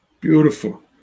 Beautiful